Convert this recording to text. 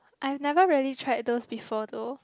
I've never tried those before though